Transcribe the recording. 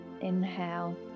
Inhale